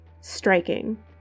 striking